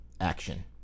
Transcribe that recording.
action